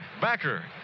backer